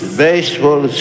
baseball